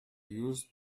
used